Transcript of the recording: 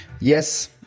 yes